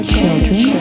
children